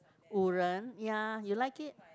五仁 ya you like it